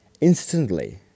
instantly